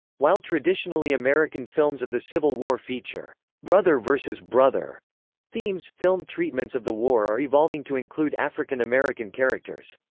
while traditionally american films of the civil war feature brother versus brother themes, film treatments of the war are evolving to include african american characters.